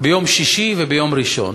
ביום שישי וביום ראשון,